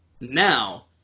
Now